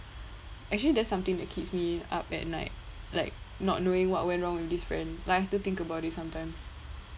actually that's something that keeps me up at night like not knowing what went wrong with this friend like I still think about it sometimes